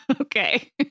Okay